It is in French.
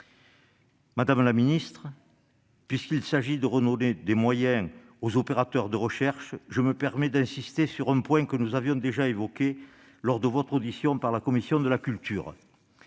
Madame la ministre, puisqu'il s'agit de redonner des moyens aux opérateurs de recherche, je me permets d'insister sur un point que nous avions déjà évoqué lors de votre audition par la commission de la culture